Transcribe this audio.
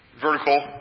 Vertical